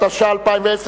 התש"ע 2010,